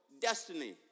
destiny